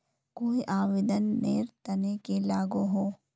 कोई आवेदन नेर तने की लागोहो?